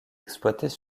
exploitées